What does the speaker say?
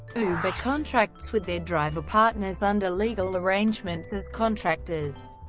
ah contracts with their driver partners under legal arrangements as contractors,